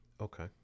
Okay